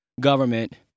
government